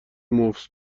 منفی